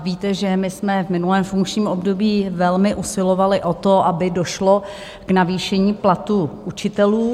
Víte, že my jsme v minulém funkčním období velmi usilovali o to, aby došlo k navýšení platů učitelů.